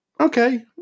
okay